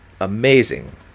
amazing